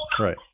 Right